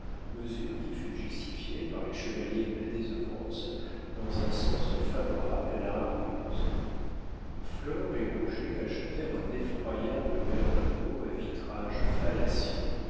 mesure qui fut justifiée par les chevaliers de la désœuvrance dans un sens favorable à la rabouilleuse flore et rouget achetèrent un effroyable berlingot à vitrages fallacieux